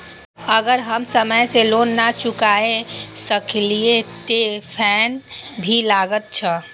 अगर हम समय से लोन ना चुकाए सकलिए ते फैन भी लगे छै?